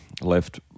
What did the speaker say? left